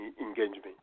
engagement